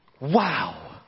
wow